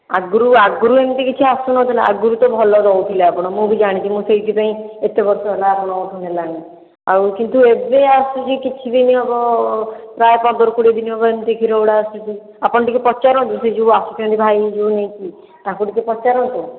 ଆଗରୁ ଆଗରୁ ଏମିତି କିଛି ଆସୁନଥିଲା ଆଗରୁ ତ ଭଲ ଦେଉଥିଲେ ଆପଣ ମୁଁ ବି ଜାଣିଛି ମୁଁ ସେଇଥିପାଇଁ ଏତେ ବର୍ଷ ହେଲା ଆପଣଙ୍କଠୁ ନେଲିଣି ଆଉ କିନ୍ତୁ ଏବେ ଆସୁଛି କିଛି ଦିନ ହେବ ପ୍ରାୟ ପନ୍ଦର କୋଡ଼ିଏ ଦିନ ହେବ ଏମିତି କ୍ଷୀରଗୁଡ଼ା ଆସୁଛି ଆପଣ ଟିକିଏ ପଚାରନ୍ତୁ ସେ ଯେଉଁ ଆସୁଛନ୍ତି ଭାଇ ଯେଉଁ ନେଇକି ତାଙ୍କୁ ଟିକିଏ ପଚାରନ୍ତୁ